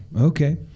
Okay